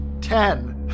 Ten